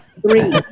Three